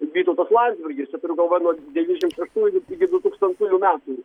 vytautas landsbergis turiu galvoj nuo devyniasdešim šeštųjų iki du tūkstantųjų metų